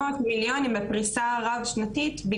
400 מיליון הם בפריסה רב שנתית,